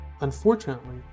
Unfortunately